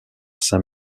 saint